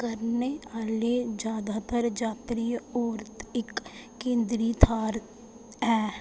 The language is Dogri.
करने आह्ले जैदातर जात्तरी औरत इक केंदरी थाह्र है